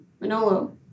Manolo